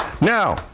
Now